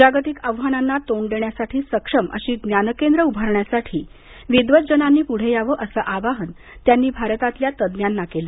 जागतिक आव्हानांना तोंड देण्यासाठी सक्षम अशी ज्ञानकेंद्र उभारण्यासाठी विद्वज्जनांनी पुढे यावं असं आवाहन त्यांनी भारतातल्या तज्ञांना केलं